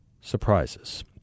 surprises